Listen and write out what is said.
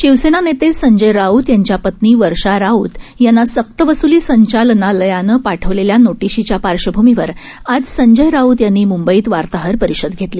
शिवसेनानेतेसंजयराऊतयांच्यापत्नीवर्षाराऊतयांनासक्तवसुलीसंचालनालयानंपाठवलेल्यानोटिशीच्यापार्श्व भूमीवरआजसंजयराऊतयांनीमुंबईतवार्ताहरपरिषदघेतली